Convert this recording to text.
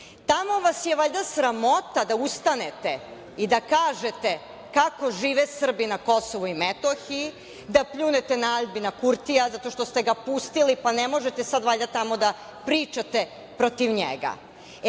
Tamo vas je valjda sramota da ustanete i da kažete kako žive Srbi na Kosovu i Metohiji, da pljunete na Aljbina Kurtija, zato što ste ga pustili, pa ne možete sada valjda tamo da pričate protiv njega.